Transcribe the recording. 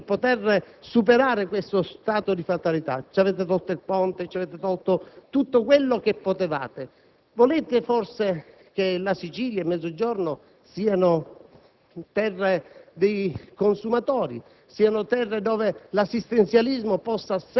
non si intravedono neanche le minime linee guida ed indicazioni per poter superare questo stato di fatalità. Ci avete tolto il ponte, ci avete tolto tutto quello che potevate. Forse volete che la Sicilia ed il Mezzogiorno siano